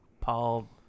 Paul